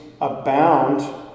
abound